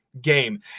game